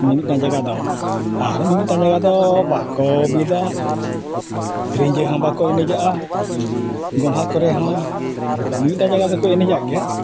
ᱢᱤᱼᱢᱤᱫᱴᱟᱝ ᱡᱟᱭᱜᱟ ᱫᱚ ᱟᱨ ᱢᱤᱼᱢᱤᱫᱴᱟᱝ ᱡᱟᱭᱜᱟ ᱫᱚ ᱵᱟᱠᱚ ᱵᱤᱫᱟ ᱨᱤᱸᱡᱷᱟᱹ ᱦᱚᱸ ᱵᱟᱠᱚ ᱮᱱᱮᱡᱟᱜᱼᱟ ᱜᱚᱢᱦᱟ ᱠᱚᱨᱮ ᱦᱚᱸ ᱢᱤᱫᱴᱟᱝ ᱡᱟᱭᱜᱟ ᱫᱚᱠᱚ ᱮᱱᱮᱡ ᱜᱮᱭᱟ